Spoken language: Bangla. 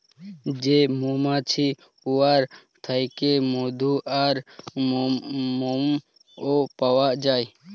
যে মমাছি উয়ার থ্যাইকে মধু আর মমও পাউয়া যায়